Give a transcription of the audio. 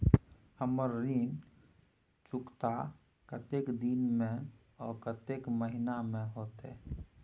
हमर ऋण चुकता कतेक दिन में आ कतेक महीना में होतै?